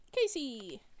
Casey